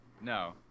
No